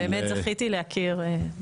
שבאמת זכיתי להכיר.